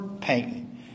pain